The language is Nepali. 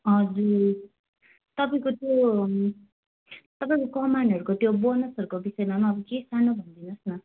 हजुर तपाईँको त्यो तपाईँको कमानहरूको त्यो बोनसहरूको विषयमा अब के सानो भनिदिनु होस् न